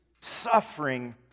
suffering